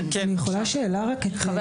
וגם